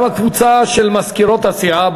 גם הקבוצה של מזכירות הסיעה,